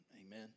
Amen